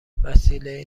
وسیله